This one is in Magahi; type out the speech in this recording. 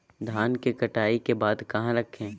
धान के कटाई के बाद कहा रखें?